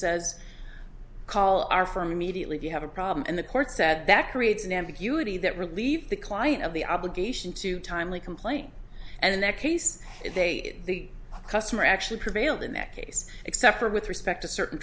says call our firm immediately if you have a problem and the court said that creates an ambiguity that relieve the client of the obligation to timely complaint and in that case they the customer actually prevailed in that case except for with respect to certain